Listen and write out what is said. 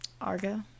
Argo